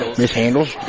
mishandles